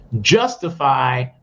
justify